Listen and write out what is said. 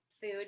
food